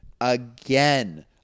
again